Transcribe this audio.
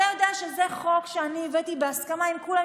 אתה יודע שזה חוק שאני הבאתי בהסכמה עם כולם,